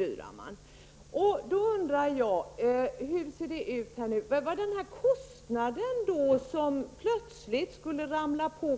Jag undrar hur det egentligen är. Kommer